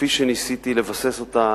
כפי שניסיתי לבסס אותה,